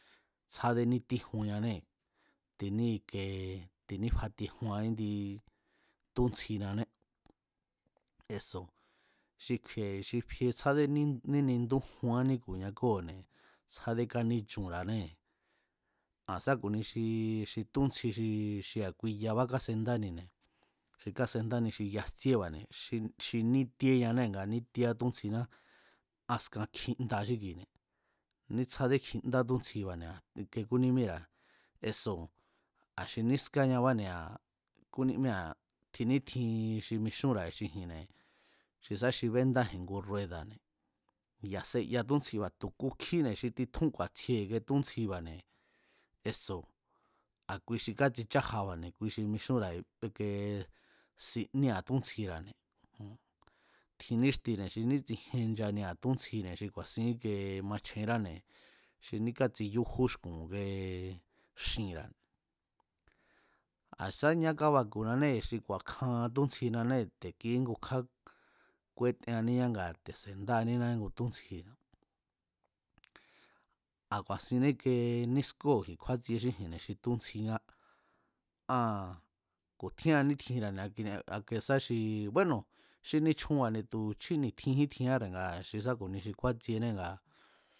Tsjáde nítíjuannée̱ tiní ikee tinífatiejuan índí túntsjinané eso̱ xi kju̱i̱e̱ xi fie tsjádé nínindújuán níku̱ña kóo̱ne̱, tsjádé káníchunra̱anée̱. Aa̱n sá ku̱nia xi túntsji xi a̱ kui yabá kasendánine̱, xi kásendáni xi yajtsíéba̱ne̱ xi nítíeñanee̱ nga nítíéá túntsjiná askan kjinda xíkuine̱, ní tsjádé kjinda túntsjiba̱ne̱ ike kúnímíra̱ eso̱ a̱ tinískáñábane̱ kúnímíra̱ tjin nítjin xi mixúnra̱ji̱n xi ji̱nne̱ xi sá xi béndáji̱n ngu rueda̱ne̱ ya̱ seya túntsjiba̱ tú kukjíne̱ xi titjú ku̱a̱tsjie túntsjiba̱ne̱ eso̱ a̱ kui xi kátsichájaba̱ne̱ xi mixúnra̱ji̱n ikie siníera̱ túntsjira̱ne̱ jo̱on tjin níxtine̱ xi ní tsijien nchanira̱ túntsjine̱ xi ku̱a̱sin íkee machjenráne̱ xi ní kátsiyújú xku̱n ike xinra̱ne̱ a̱ sá ñá kábaku̱nanée̱ xi ku̱a̱kjuan túntsjinanée̱ te̱ kíngukjá kúetenaníñá ngaa̱ te̱ se̱ndáaníná íngu túntsjine̱ a̱ ku̱a̱sin íke nískóo̱ji̱n kjúátsie xíji̱nne̱ xi túntsjingá, aa̱n ku̱ tjían nítjinra̱ne̱ ni̱akine̱ ake sá xi búéno̱ xi nichjunba̱ne̱ tú chjí ni̱tjinjín tjiárne̱ sá ku̱ni xi kúátsjiene ngaa̱